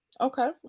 okay